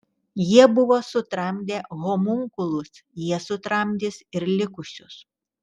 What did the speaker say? jie buvo sutramdę homunkulus jie sutramdys ir likusius